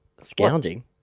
Scourging